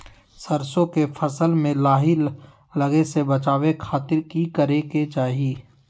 सरसों के फसल में लाही लगे से बचावे खातिर की करे के चाही?